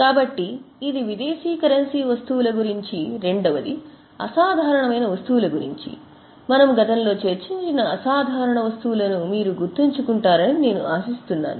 కాబట్టి ఇది విదేశీ కరెన్సీ వస్తువుల గురించి రెండవది అసాధారణమైన వస్తువుల గురించి మనము గతంలో చర్చించిన అసాధారణ వస్తువులను మీరు గుర్తుంచుకుంటారని నేను ఆశిస్తున్నాను